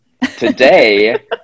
today